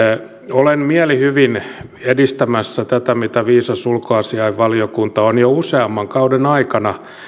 olen mielihyvin edistämässä tätä mitä viisas ulkoasiainvaliokunta on jo useamman kauden aikana